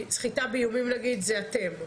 סחיטה באיומים נגיד זה אתם.